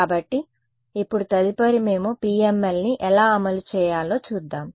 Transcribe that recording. కాబట్టి ఇప్పుడు తదుపరి మేము PMLని ఎలా అమలు చేయాలో చూద్దాం